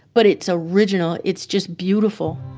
but it's original. it's just beautiful